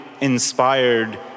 inspired